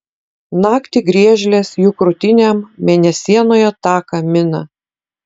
naktį griežlės jų krūtinėm mėnesienoje taką mina